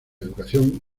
educación